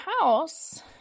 house